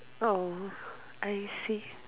oh I see